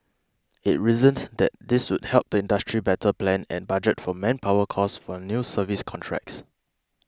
it reasoned that this would help the industry better plan and budget for manpower costs for new service contracts